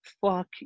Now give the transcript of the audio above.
fuck